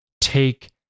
take